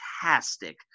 fantastic